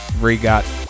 re-got